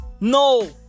No